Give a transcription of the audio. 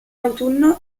autunno